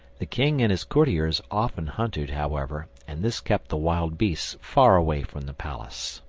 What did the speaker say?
the king and his courtiers often hunted, however, and this kept the wild beasts far away from the palace.